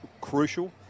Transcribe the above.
crucial